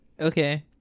Okay